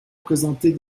présenter